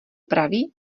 pravý